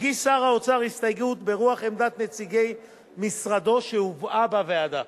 הגיש שר האוצר הסתייגות ברוח עמדת נציגי משרדו שהובאה בוועדה.